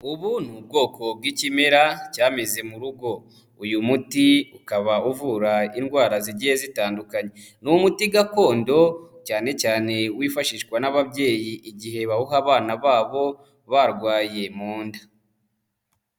Ubu ni ubwoko bw'ikimera cyameze mu rugo, uyu muti ukaba uvura indwara zigiye zitandukanye, ni umuti gakondo cyane cyane wifashishwa n'ababyeyi igihe bawuha abana babo, barwaye munda.